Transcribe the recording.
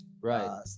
right